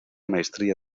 maestría